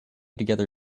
together